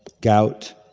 gout,